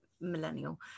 millennial